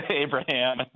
Abraham